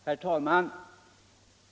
Herr talman!